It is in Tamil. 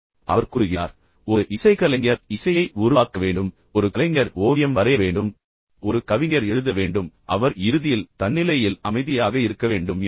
அவர் கூறுகிறார் ஒரு இசைக்கலைஞர் இசையை உருவாக்க வேண்டும் ஒரு கலைஞர் ஓவியம் வரைய வேண்டும் ஒரு கவிஞர்எழுத வேண்டும் அவர் இறுதியில் தன்னிலையில் அமைதியாக இருக்க வேண்டும் என்றால்